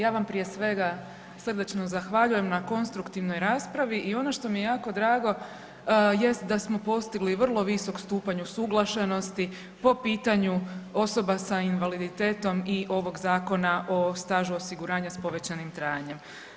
Ja vam prije svega srdačno zahvaljujem na konstruktivnoj raspravi i ono što mi je jako drago jest da smo postigli vrlo visok stupanj usuglašenosti po pitanju osoba sa invaliditetom i ovog zakona o stažu osiguranja s povećanim trajanjem.